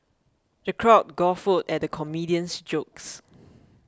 the crowd guffawed at the comedian's jokes